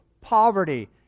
poverty